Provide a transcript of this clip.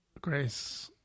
grace